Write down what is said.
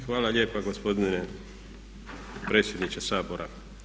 Hvala lijepa gospodine predsjedniče Sabora.